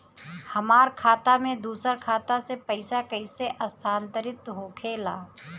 हमार खाता में दूसर खाता से पइसा कइसे स्थानांतरित होखे ला?